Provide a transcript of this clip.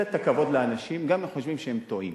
לתת הכבוד לאנשים, גם אם חושבים שהם טועים.